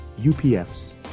UPFs